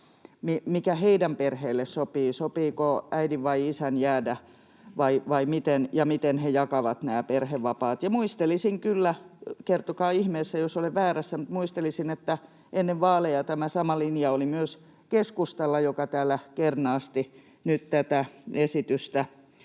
mikä heidän perheelle sopii, sopiiko äidin vai isän jäädä, vai miten, ja miten he jakavat nämä perhevapaat. Ja muistelisin kyllä — kertokaa ihmeessä, jos olen väärässä — että ennen vaaleja tämä sama linja oli myös keskustalla, joka täällä kernaasti nyt tätä esitystä